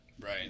Right